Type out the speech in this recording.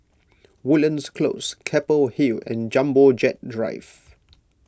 Woodlands Close Keppel Hill and Jumbo Jet Drive